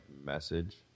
message